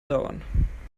dauern